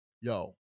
Yo